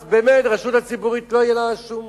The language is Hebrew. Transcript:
אז באמת הרשות הציבורית, לא יהיה לה שום